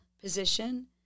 position